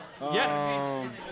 Yes